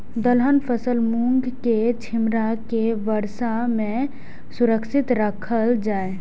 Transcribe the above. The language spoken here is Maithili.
दलहन फसल मूँग के छिमरा के वर्षा में सुरक्षित राखल जाय?